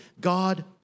God